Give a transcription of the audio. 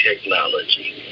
technology